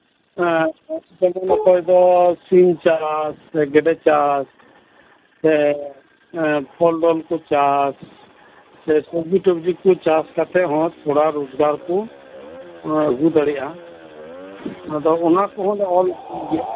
ᱡᱮᱢᱚᱱ ᱚᱠᱚᱭ ᱫᱚ ᱥᱤᱢ ᱪᱟᱥ ᱥᱮ ᱜᱮᱰᱮ ᱪᱟᱥ ᱥᱮ ᱯᱷᱚᱞᱰᱚᱞ ᱠᱚ ᱪᱟᱥ ᱥᱮ ᱯᱷᱚᱞ ᱫᱚᱞ ᱠᱚ ᱪᱟᱥ ᱠᱟᱛᱮᱫ ᱦᱚᱸ ᱛᱷᱚᱲᱟ ᱨᱳᱡᱜᱟᱨ ᱠᱚ ᱟᱹᱜᱩ ᱫᱟᱲᱮᱭᱟᱜᱼᱟ ᱚᱱᱟ ᱠᱚᱦᱚᱸ ᱞᱮ ᱚᱞ ᱜᱮᱭᱟ